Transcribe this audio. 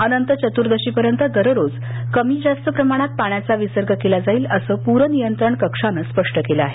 अनंत चतुर्दशीपर्यंत दररोज कमी जास्त प्रमाणात पाण्याचा विसर्ग केला जाईल असं प्रर नियंत्रण कक्षानं स्पष्ट केलं आहे